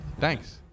Thanks